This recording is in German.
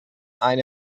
eine